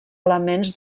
elements